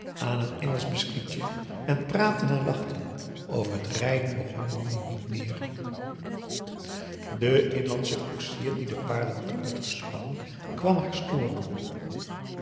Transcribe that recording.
aan een engelsch beschuitje en praatten en lachten over het rijden begon nanni niet weêr p a daum hoe hij raad van indië werd onder ps maurits de inlandsche koetsier die de paarden had uitgespannen kwam haar storen